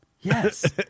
Yes